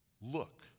Look